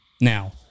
Now